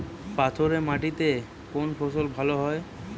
পাথরে মাটিতে কোন ফসল ভালো হয়?